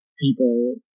people